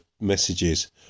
messages